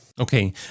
Okay